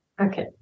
Okay